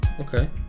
okay